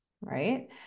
Right